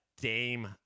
Dame